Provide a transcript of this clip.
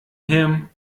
him